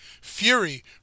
Fury